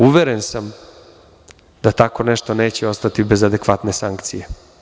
Uveren sa da tako nešto neće ostati bez adekvatne sankcije.